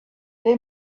they